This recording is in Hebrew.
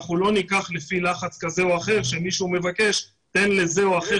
אנחנו לא ניקח מישהו לפי לחץ כזה או אחר שניתן לזה או אחר